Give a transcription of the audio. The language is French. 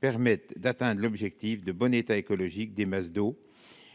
permettent d'atteindre l'objectif de bon état écologique des masses d'eau